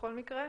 בכל מקרה.